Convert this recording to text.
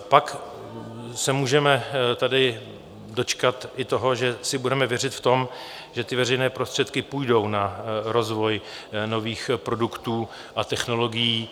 Pak se můžeme tady dočkat i toho, že si budeme věřit v tom, že veřejné prostředky půjdou na rozvoj nových produktů a technologií.